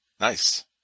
Nice